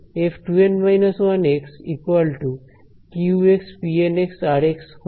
f 2N −1 qpN r হল তোমার Euclidean division